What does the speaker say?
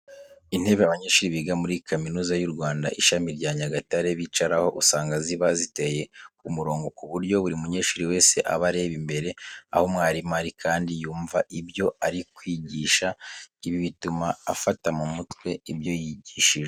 Intebe abanyeshuri biga muri Kaminuza y'u Rwanda, ishami rya Nyagatare bicaraho, usanga ziba ziteye ku murongo ku buryo buri munyeshuri wese aba areba imbere aho mwarimu ari, kandi yumva ibyo ari kwigisha. Ibi bituma afata mu mutwe ibyo yigishijwe.